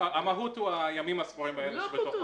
ביום כ"ו באדר א'